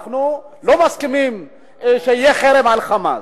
אנחנו לא מסכימים שיהיה חרם על "חמאס",